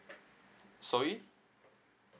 sorry